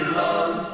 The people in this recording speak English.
love